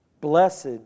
Blessed